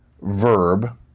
verb